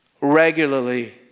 Regularly